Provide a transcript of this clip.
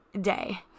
day